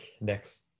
next